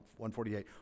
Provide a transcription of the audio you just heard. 148